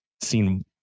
seen